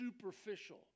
superficial